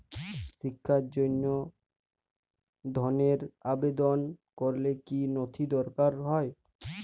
শিক্ষার জন্য ধনের আবেদন করলে কী নথি দরকার হয়?